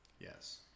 Yes